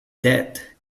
dead